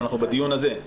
אנחנו בדיון הזה.